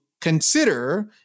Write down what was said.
consider